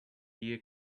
year